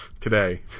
today